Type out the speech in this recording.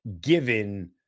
given